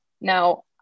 Now